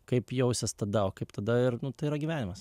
kaip jausis tada kaip tada ir tai yra gyvenimas